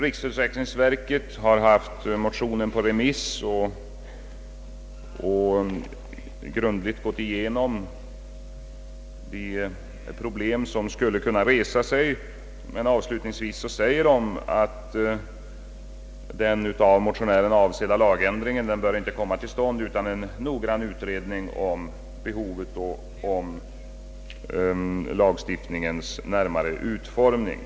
Riksförsäkringsverket har haft motionerna på remiss och grundligt gått igenom de problem som skulle kunna uppstå. Avslutningsvis säger verket att den av motionärerna avsedda lagändringen inte bör komma till stånd utan en noggrann utredning om behovet och om lagstiftningens närmare utformning.